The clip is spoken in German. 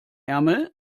ärmel